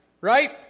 Right